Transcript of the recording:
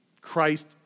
Christ